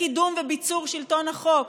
לקידום וביצור שלטון החוק.